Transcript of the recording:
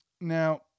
now